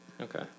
Okay